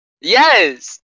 Yes